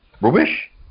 rubbish